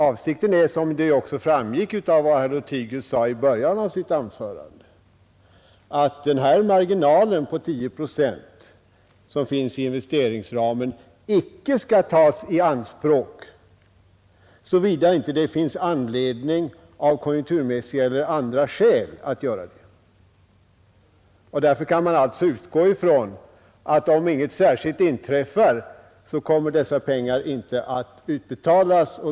Avsikten är som det också framgick av vad herr Lothigius sade i början av sitt anförande, att den marginal på 10 procent, som finns i investeringsramen, icke skall tas i anspråk såvida det inte av konjunkturmässiga eller andra skäl finns anledning att göra så. Därför kan man alltså utgå ifrån att om inget särskilt inträffar, kommer dessa pengar inte att utbetalas.